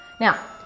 Now